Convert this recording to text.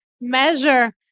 measure